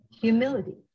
humility